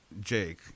jake